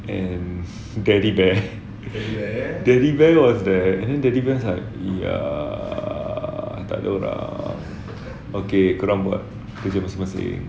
and daddy bear daddy bear was there and then daddy bear was like ya tak ada orang okay korang buat kerja masing-masing